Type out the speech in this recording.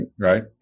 Right